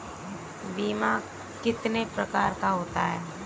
बीमा कितने प्रकार का होता है?